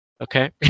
okay